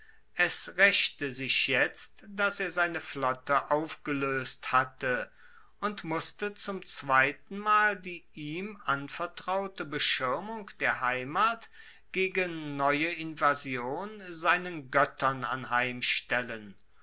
es raechte sich jetzt dass er seine flotte aufgeloest hatte und musste zum zweitenmal die ihm anvertraute beschirmung der heimat gegen neue invasion seinen goettern